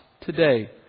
today